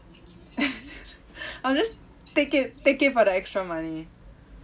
I'll just take it take it for the extra money